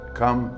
come